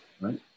right